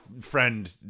friend